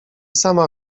sama